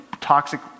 toxic